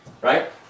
right